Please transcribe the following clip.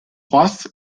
was